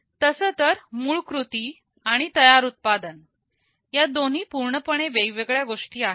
तसं तर मूळकृती आणि तयार उत्पादन या दोन्ही पूर्णपणे वेगवेगळ्या गोष्टी आहेत